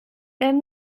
then